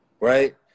Right